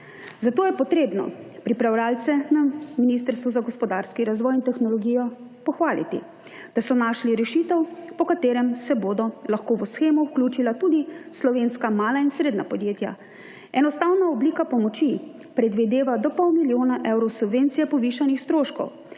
zato je potrebno pripravljavce na Ministrstvu za gospodarski razvoj in tehnologijo pohvaliti, da so našli rešitev, po katerem se bodo lahko v shemo vključila tudi slovenska mala in srednja podjetja. Enostavno oblika pomoči predvideva do pol milijona evrov subvencije povišanih stroškov